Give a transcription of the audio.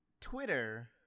Twitter